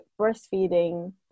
breastfeeding